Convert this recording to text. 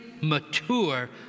mature